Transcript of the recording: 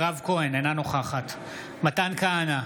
אינה נוכחת מתן כהנא,